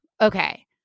Okay